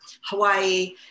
hawaii